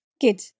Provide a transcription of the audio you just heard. good